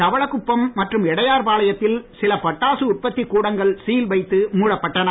தவளக்குப்பம் மற்றும் இடையார்பாளையத்தில் சில பட்டாசு உற்பத்தி கூடங்கள் சீல் வைத்து மூடப்பட்டன